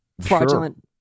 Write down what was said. fraudulent